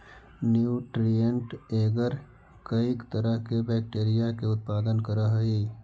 nutrient agar कईक तरह के बैक्टीरिया के उत्पादन करऽ हइ